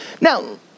Now